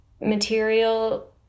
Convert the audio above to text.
material